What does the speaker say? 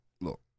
look